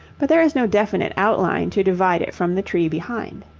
but there is no definite outline to divide it from the tree behind.